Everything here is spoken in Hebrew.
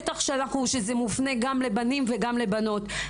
בטח שזה מופנה גם לבנים וגם לבנות.